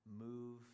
move